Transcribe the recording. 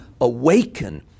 awaken